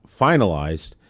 finalized